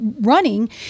running